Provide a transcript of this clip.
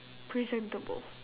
presentable